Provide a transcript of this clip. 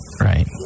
Right